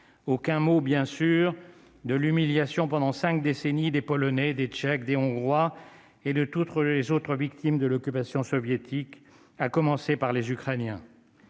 aucun mot bien sûr de l'humiliation pendant 5 décennies des Polonais, des Tchèques, de Hongrois et de toutes les autres victimes de l'occupation soviétique, à commencer par les Ukrainiens.